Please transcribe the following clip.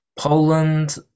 Poland